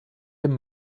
dem